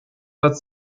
but